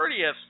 30th